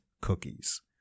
cookies